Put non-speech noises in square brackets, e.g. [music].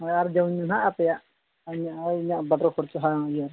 ᱦᱳᱭ ᱟᱨ ᱡᱚᱢ ᱧᱩ ᱦᱟᱸᱜ ᱟᱯᱮᱭᱟᱜ ᱤᱧᱟᱹᱜ [unintelligible] ᱠᱷᱚᱨᱪᱟ ᱵᱟᱝ ᱤᱭᱟᱹ